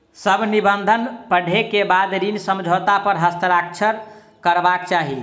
सभ निबंधन पढ़ै के बाद ऋण समझौता पर हस्ताक्षर करबाक चाही